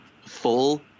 full